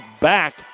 back